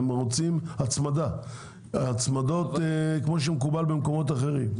הם רוצים הצמדה - הצמדות כמו שמקובל במקומות אחרים.